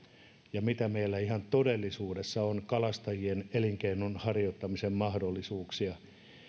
ja mitä meillä ihan todellisuudessa on kalastajien elinkeinonharjoittamisen mahdollisuuksia